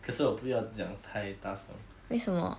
可是我不要讲太大声